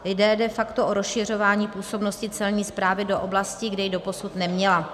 Jde de facto o rozšiřování působnosti Celní správy do oblasti, kde ji doposud neměla.